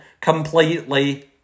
completely